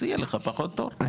אז יהיה לך פחות תור,